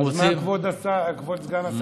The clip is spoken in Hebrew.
אז מה כבוד סגן השר מציע?